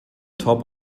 top